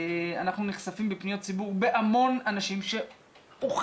אנחנו נחשפים לפניות ציבור מהמון אנשים שהוחרגו,